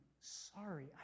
sorry